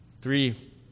three